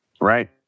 right